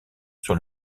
sur